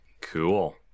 Cool